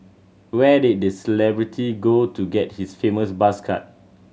where did the celebrity go to get his famous buzz cut